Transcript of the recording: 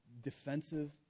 defensive